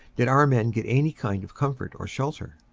did our men get any kind of comfort or shelter.